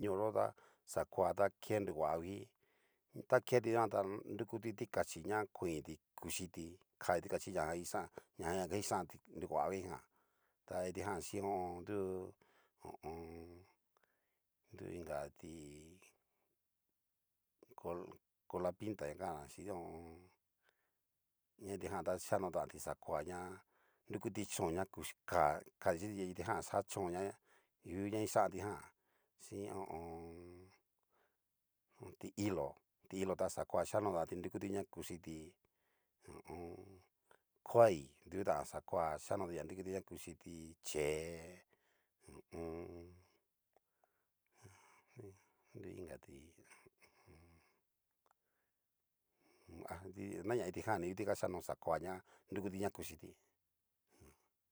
Ñoo yo ta xakoa ta ke nrohuavii taketi dikuan tá nrukuti tikachí ña oniti kuchiti, kati tikachijan chi ñajan ga kixanti nruhuavii ján, ta kitijan xin du ho o on. nrungu inga tí. ko- kola pinta ñakan'na xin ho o on. ña kitijan ta xhikanotanti xakoa ñá nrukuti chón ñ kuxi ka katichi kitijan xa chónjan ña ngu ña kixan kitijan, chin ho o on. ti'ilo ti'ilo ta xakua xhikanotanti nrukuti ña kuchiti ho o on. du tan koai dutan xakoa xanoti na nrukuti na kuchiti, chee ho o on. nru hu ingati ho o on. du ña nai na kitijan'ni ngu kiti xika xakoa ña nrukuti ña kuchiti.